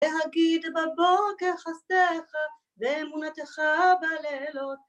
‫להגיד בבוקר חסדיך ‫ואמונתך בלילות.